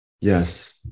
Yes